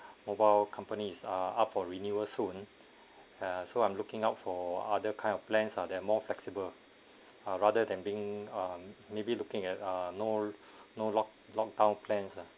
mobile companies are up for renewal soon uh so I'm looking out for other kind of plans uh that more flexible ah rather than being um maybe looking at uh no no lock lock down plans lah